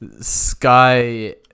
sky